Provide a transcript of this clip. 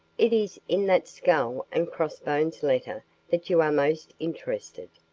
it is in that skull-and-cross-bones letter that you are most interested.